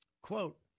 Quote